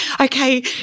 Okay